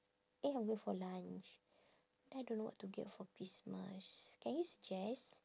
eh I'm going for lunch then I don't know what to get for christmas can you suggest